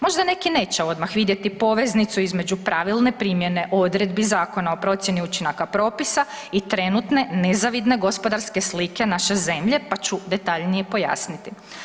Možda neki neće odmah vidjeti poveznicu između pravilne primjene odredbi Zakona o procjeni učinaka propisa i trenutne nezavidne gospodarske slike naše zemlje, pa ću detaljnije pojasniti.